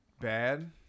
bad